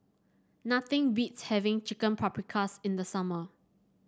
nothing beats having Chicken Paprikas in the summer